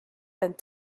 and